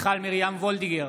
מיכל מרים וולדיגר,